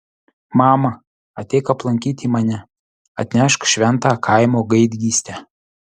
mama ateik aplankyti mane atnešk šventą kaimo gaidgystę